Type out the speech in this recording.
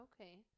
Okay